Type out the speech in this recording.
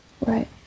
Right